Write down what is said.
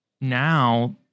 now